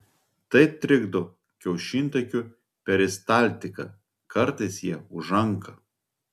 tai trikdo kiaušintakių peristaltiką kartais jie užanka